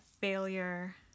failure